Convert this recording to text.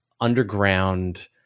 underground